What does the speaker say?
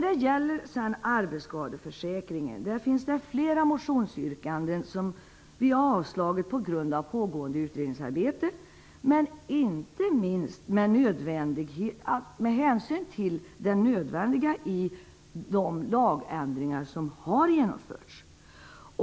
Det finns flera motionsyrkanden gällande arbetsskadeförsäkringen som vi har avstyrkt på grund av pågående utredningsarbete och inte minst med hänsyn till det nödvändiga i de lagändringar som har genomförts.